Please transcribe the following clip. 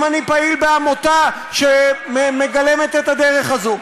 אני פעיל בעמותה שמגלמת את הדרך הזו.